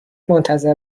منتظر